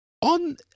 on